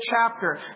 chapter